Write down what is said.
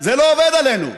זה לא עובד עלינו.